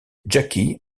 jackie